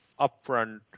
upfront